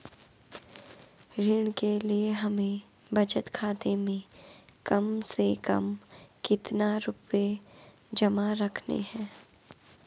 ऋण के लिए हमें बचत खाते में कम से कम कितना रुपये जमा रखने हैं?